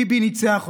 ביבי ניצח אתכם.